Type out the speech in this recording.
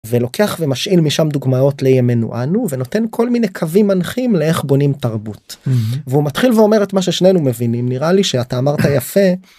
ולוקח ומשאיל משם דוגמאות לימינו אנו, ונותן כל מיני קווים מנחים לאיך בונים תרבות. והוא מתחיל ואומר את מה ששנינו מבינים נראה לי שאתה אמרת יפה.